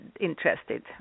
interested